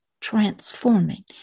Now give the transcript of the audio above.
transforming